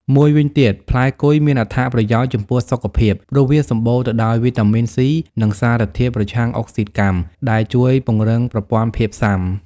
មួយវិញទៀតផ្លែគុយមាន អត្ថប្រយោជន៍ចំពោះសុខភាព ព្រោះវាសម្បូរទៅដោយវីតាមីន ស៊ី និងសារធាតុប្រឆាំងអុកស៊ីតកម្ម ដែលជួយពង្រឹងប្រព័ន្ធភាពស៊ាំ។